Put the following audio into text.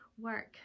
work